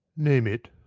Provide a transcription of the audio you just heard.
name it.